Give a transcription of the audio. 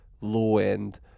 low-end